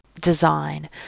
design